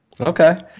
okay